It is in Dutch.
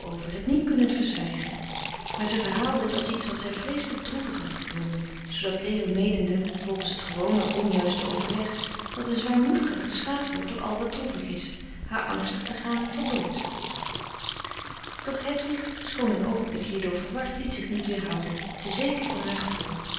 over het niet kunnend verzwijgen maar zij verhaalde het als iets wat zij vreeselijk droevig had gevonden zoodat leo meenende volgens t gewone onjuiste overleg dat een zwaarmoedige geschaad wordt door al wat droevig is haar angstig te gaan verbood doch hedwig schoon een oogenblik hierdoor verward liet zich niet weerhouden te zeker van haar gevoel